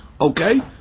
Okay